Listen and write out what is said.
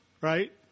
right